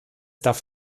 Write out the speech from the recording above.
darf